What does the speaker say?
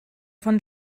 von